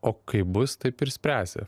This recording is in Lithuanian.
o kaip bus taip ir spręsi